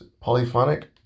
Polyphonic